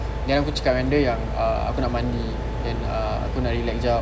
then aku cakap dengan dia yang uh aku nak mandi then uh aku nak relax sekejap